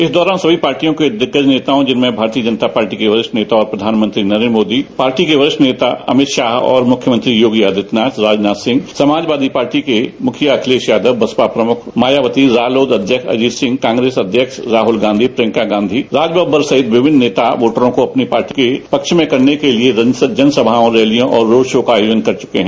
इस दौरान सभी पार्टियों के दिग्गज नेताओं जिनमें भारतीय जनता पार्टी के वरिष्ठ नेता और प्रधानमंत्री नरेन्द्र मोदी पार्टी के वरिष्ठ नेता अमित शाह और मुख्यमंत्री योगी आदित्यनाथ राजनाथ सिंह समाजवादी पार्टी के मुखिया अखिलेश यादव बसपा प्रमुख मायावती रालोद अध्यक्ष अजीत सिंह कांग्रेस अध्यक्ष राहल गांवी प्रियंका गांवी राजबब्बर सहित विभिन्न नेता वोटरों को अपनी पार्टियों को पक्ष में करने के लिए जनसभाए रैलियां और रोड शो का आयोजन कर चुके हैं